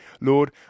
Lord